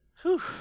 Whew